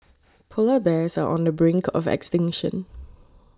Polar Bears are on the brink of extinction